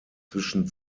zwischen